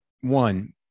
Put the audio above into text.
One